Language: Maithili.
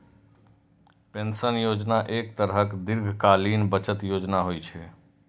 पेंशन योजना एक तरहक दीर्घकालीन बचत योजना होइ छै